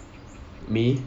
me